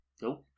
No